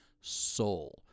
Soul